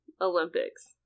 Olympics